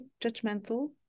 judgmental